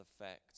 effect